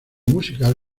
musical